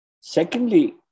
Secondly